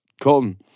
Colton